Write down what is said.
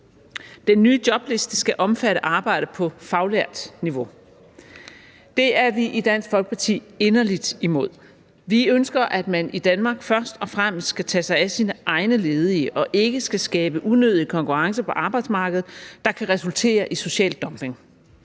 Den nye jobliste skal omfatte arbejde på faglært niveau. Det er vi i Dansk Folkeparti inderligt imod. Vi ønsker, at man i Danmark først og fremmest skal tage sig af sine egne ledige og ikke skal skabe unødig konkurrence på arbejdsmarkedet, der kan resultere i social dumping.